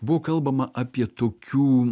buvo kalbama apie tokių